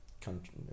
country